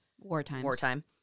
wartime